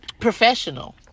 professional